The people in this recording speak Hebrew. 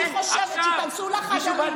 אני חושבת שייכנסו לחדרים וידברו.